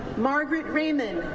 margaret raymond,